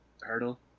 hurdle